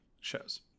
shows